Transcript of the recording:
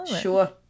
Sure